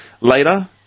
Later